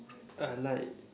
I like